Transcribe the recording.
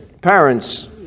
Parents